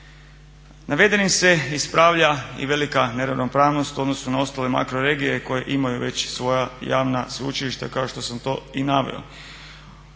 Navedenim se ispravlja i velika neravnopravnost u odnosu na ostale makroregije koje imaju već svoja javna sveučilišta kao što sam to i naveo.